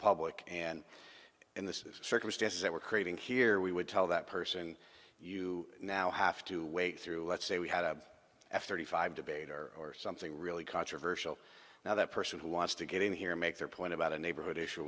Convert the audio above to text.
public and in the circumstances that we're creating here we would tell that person you now have to wait through let's say we had a f thirty five debate or something really controversial now that person who wants to get in here make their point about a neighborhood issue